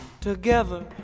Together